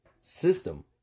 system